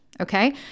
okay